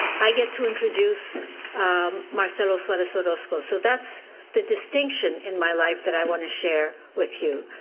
i get to introduce marcelo suarez-orozco. so that's the distinction in my life that i wanna share with you,